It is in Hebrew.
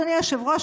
אדוני היושב-ראש,